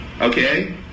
Okay